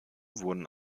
wurden